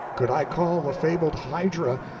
could i call the fabled hydra,